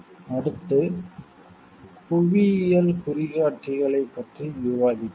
அடுத்து புவியியல் குறிகாட்டிகளைப் பற்றி விவாதிப்போம்